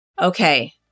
Okay